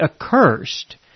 accursed